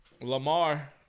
Lamar